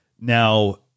Now